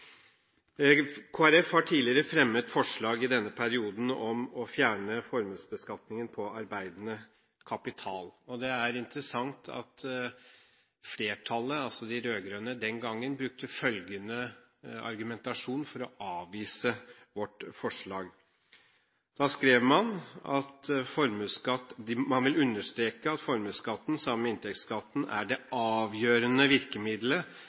Folkeparti har tidligere fremmet forslag i denne perioden om å fjerne formuesbeskatningen på arbeidende kapital, og det er interessant at flertallet, altså de rød-grønne, den gangen brukte følgende argumentasjon for å avvise vårt forslag. Da skrev man at «formuesskatt sammen med inntektsskatt er det avgjørende virkemidlet